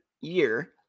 year